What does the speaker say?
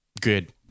Good